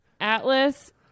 Atlas